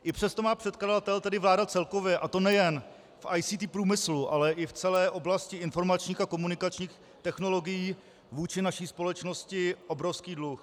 I přesto má předkladatel, tedy vláda, celkově, a to nejen v ICT průmyslu, ale i v celé oblasti informačních a komunikačních technologií, vůči naší společnosti obrovský dluh.